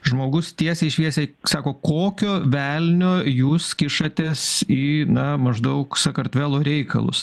žmogus tiesiai šviesiai sako kokio velnio jūs kišatės į na maždaug sakartvelo reikalus